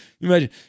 imagine